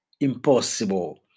impossible